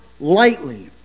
lightly